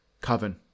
Coven